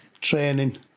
training